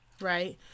right